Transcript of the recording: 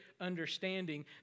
understanding